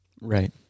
Right